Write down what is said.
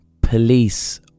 police